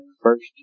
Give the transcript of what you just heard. first